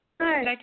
Hi